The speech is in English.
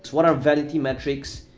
what are vanity metrics?